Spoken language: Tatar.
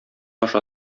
аша